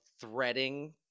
threading